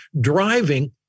driving